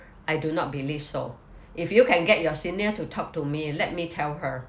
I do not believe so if you can get your senior to talk to me let me tell her